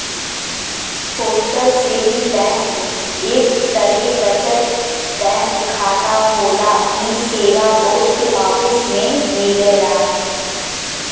postal saving bank एक तरे बचत बैंक खाता होला इ सेवा पोस्ट ऑफिस में मिलला